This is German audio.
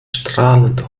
strahlend